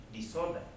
disorder